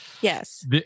yes